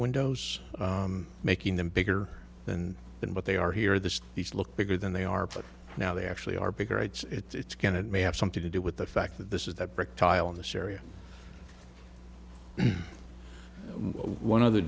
windows making them bigger than them but they are here that these look bigger than they are but now they actually are bigger it's going it may have something to do with the fact that this is that brick tile in this area one of the